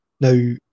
now